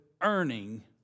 earning